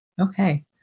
Okay